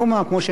כמו שנאמר,